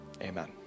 amen